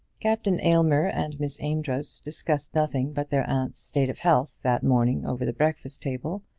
captain aylmer and miss amedroz discussed nothing but their aunt's state of health that morning over the breakfast-table.